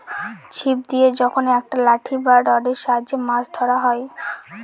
ছিপ দিয়ে যখন একটা লাঠি বা রডের সাহায্যে মাছ ধরা হয়